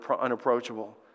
unapproachable